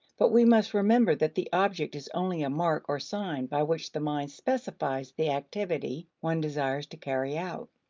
but we must remember that the object is only a mark or sign by which the mind specifies the activity one desires to carry out.